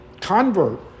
convert